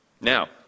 Now